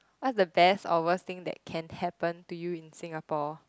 what the best or worst thing that can happen to you in Singapore